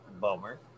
bummer